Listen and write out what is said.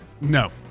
No